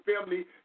family